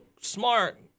smart